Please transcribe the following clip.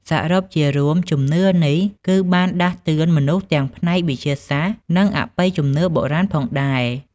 សរុបជារួមជំនឿនេះ គឺបានដាស់តឿនមនុស្សទាំងផ្នែកវិទ្យាសាស្ត្រ និងអបិយជំនឿបុរាណផងដែរ។